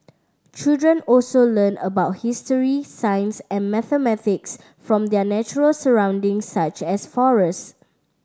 children also learn about history science and mathematics from their natural surrounding such as forest